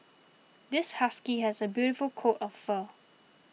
this husky has a beautiful coat of fur